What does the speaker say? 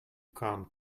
come